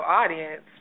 audience